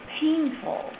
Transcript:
painful